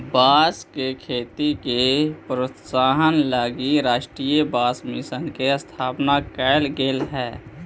बाँस के खेती के प्रोत्साहन हलगी राष्ट्रीय बाँस मिशन के स्थापना कैल गेल हइ